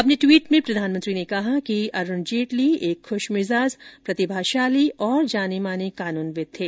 अपने ट्वीट में प्रधानमंत्री ने कहा कि अरूण जेटली एक ख्शमिजाज प्रतिभाशाली और जाने माने कानूनविद थे